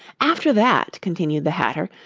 after that continued the hatter,